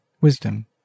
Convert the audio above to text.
wisdom